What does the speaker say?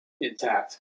intact